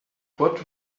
what